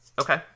Okay